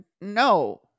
No